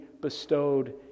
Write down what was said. bestowed